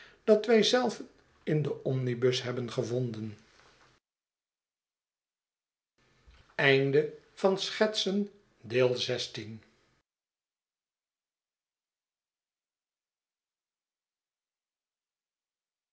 dat wij zelven in den omnibus hebben gevonden